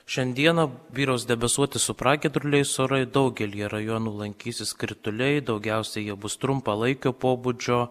šiandieną vyraus debesuoti su pragiedruliais orai daugelyje rajonų lankysis krituliai daugiausiai jie bus trumpalaikio pobūdžio